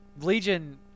Legion